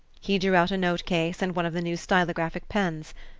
he drew out a note-case and one of the new stylographic pens.